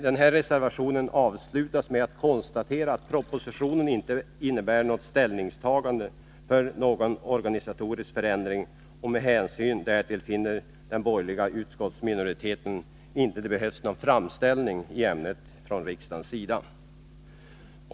Den här reservationen avslutas med konstaterandet att propositionen inte innebär ett ställningstagande för någon organisatorisk förändring, och med hänsyn därtill finner den borgerliga utskottsminoriteten inte att det behövs någon framställning i ämnet från riksdagens sida.